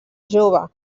jove